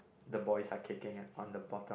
the boys are kicking at on the bottom